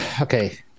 okay